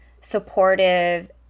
supportive